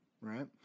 right